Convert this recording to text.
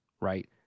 right